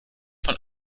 von